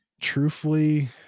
truthfully